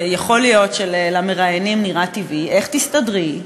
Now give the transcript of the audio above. שיכול להיות שלמראיינים נראה טבעי: איך תסתדרי?